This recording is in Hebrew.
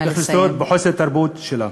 בחוסר התרבות שלה.